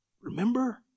remember